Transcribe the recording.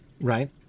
right